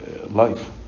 life